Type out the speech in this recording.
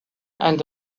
and